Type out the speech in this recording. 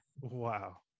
Wow